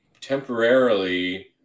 temporarily